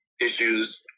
issues